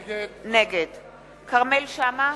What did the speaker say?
נגד כרמל שאמה,